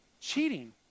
Cheating